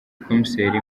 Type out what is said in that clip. komiseri